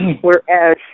whereas